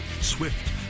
Swift